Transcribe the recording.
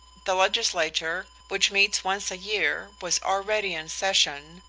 the legislature, which meets once a year, was already in session,